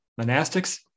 monastics